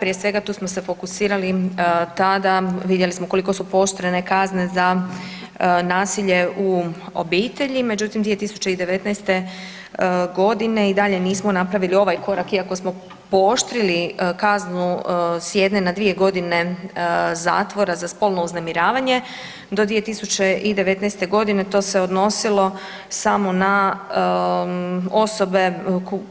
Prije svega tu smo se fokusirali tada, vidjeli smo koliko su pooštrene kazne za nasilje u obitelji, međutim 2019.g. i dalje nismo napravili ovaj korak iako smo pooštrili kaznu s jedne na dvije godine zatvora za spolno uznemiravanje, do 2019.g. to se odnosilo samo na osobe